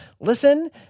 listen